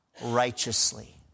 righteously